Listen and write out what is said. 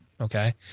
okay